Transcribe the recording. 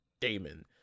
Damon